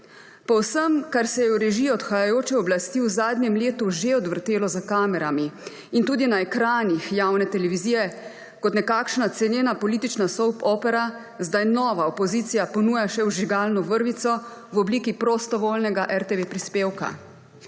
Po vsem, kar se je v režiji odhajajoče oblasti v zadnjem letu že odvrtelo za kamerami in tudi na ekranih javne televizije kot nekakšna cenena politična soap opera, zdaj nova opozicija ponuja še vžigalno vrvico v obliki prostovoljnega RTV prispevka.